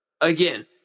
Again